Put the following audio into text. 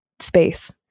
space